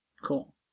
cool